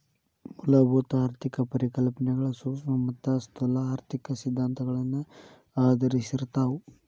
ಮೂಲಭೂತ ಆರ್ಥಿಕ ಪರಿಕಲ್ಪನೆಗಳ ಸೂಕ್ಷ್ಮ ಮತ್ತ ಸ್ಥೂಲ ಆರ್ಥಿಕ ಸಿದ್ಧಾಂತಗಳನ್ನ ಆಧರಿಸಿರ್ತಾವ